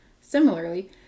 Similarly